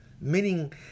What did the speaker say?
meaning